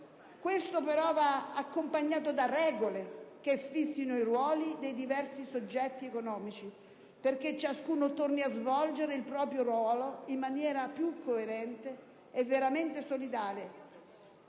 Questo, però, va accompagnato da regole che fissino i ruoli dei diversi soggetti economici perché ciascuno torni a svolgere il proprio ruolo in maniera più coerente e veramente solidale